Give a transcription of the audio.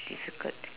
difficult